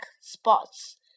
sports